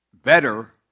Better